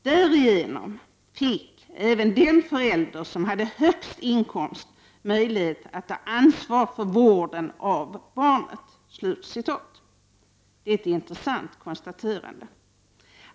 Därigenom fick även den förälder som hade högst inkomst möjlighet att ta ansvar för vården av barnet.” Det är ett intressant konstaterande.